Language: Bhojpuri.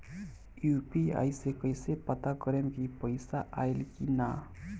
यू.पी.आई से कईसे पता करेम की पैसा आइल की ना?